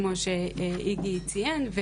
כמו שאיגי ציין,